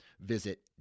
Visit